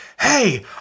Hey